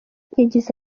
yagize